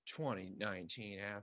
2019